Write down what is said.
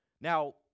Now